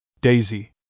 Daisy